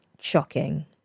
shocking